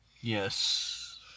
Yes